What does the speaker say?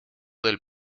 del